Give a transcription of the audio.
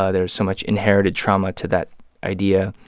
ah there's so much inherited trauma to that idea